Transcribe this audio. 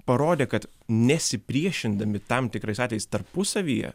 parodė kad nesipriešindami tam tikrais atvejais tarpusavyje